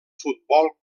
futbol